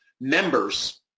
members